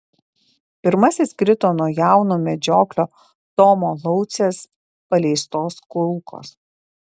pirmasis krito nuo jauno medžioklio tomo laucės paleistos kulkos